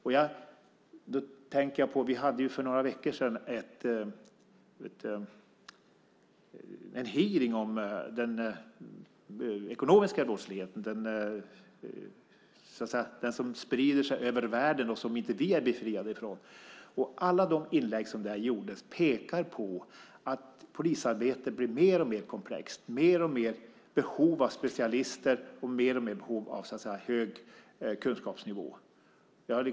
Jag tänker på att vi för några veckor sedan hade en hearing om den ekonomiska brottsligheten - den som sprider sig över världen och som vi inte är befriade ifrån. Alla de inlägg som där gjordes pekar på att polisarbetet blir mer och mer komplext. Det finns ett allt större behov av specialister och av hög kunskapsnivå.